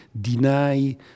deny